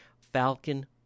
Falcon